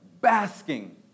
basking